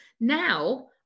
Now